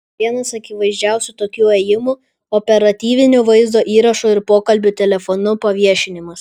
vienas akivaizdžiausių tokių ėjimų operatyvinių vaizdo įrašų ir pokalbių telefonu paviešinimas